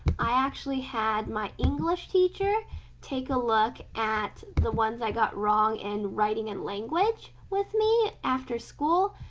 i actually had my english teacher take a look at the ones i got wrong in writing and language with me after school,